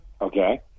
okay